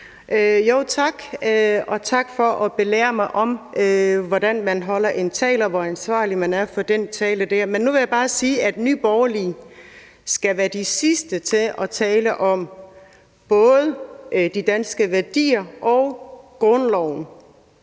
Tak, og tak for at belære mig om, hvordan man holder en tale, og hvor ansvarlig man er for den tale. Nu vil jeg bare sige, at Nye Borgerlige skal være de sidste til at tale om både de danske værdier og grundloven.